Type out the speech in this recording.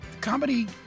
comedy